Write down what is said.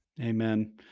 Amen